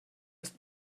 ist